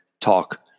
talk